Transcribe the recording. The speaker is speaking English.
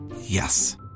Yes